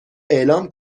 اعلام